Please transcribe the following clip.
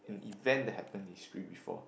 event that happen in history before